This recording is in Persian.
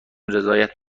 رضایت